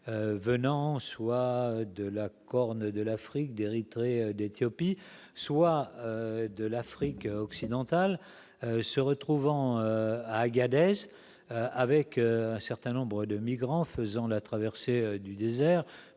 venant soit de la Corne de l'Afrique, d'Érythrée ou d'Éthiopie, soit de l'Afrique occidentale, se retrouvant à Agadez. Un certain nombre de migrants ont fait la traversée du désert,